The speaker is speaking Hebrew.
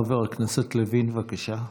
חבר הכנסת לוין, בבקשה.